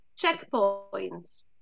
checkpoints